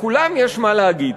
לכולם יש מה להגיד,